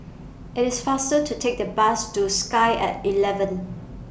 IT IS faster to Take The Bus to Sky At eleven